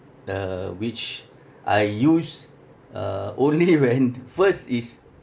uh which I use uh only when first is